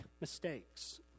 mistakes